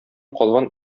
калган